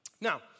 Now